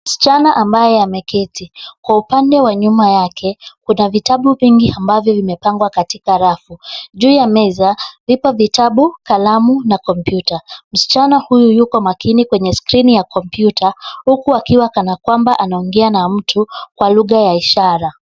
Msichana ambaye ameketi. Kwa upande wa nyuma yake, kuna vitabu vingi ambavyo vimepangwa katika rafu. Juu ya meza ipo vitabu, kalamu na kompyuta. Msichana huyu yuko makini kwenye skrini ya kompyuta huku akiwa kana kwamba anaongea na mtu kwa lugha ya ishara.